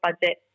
budget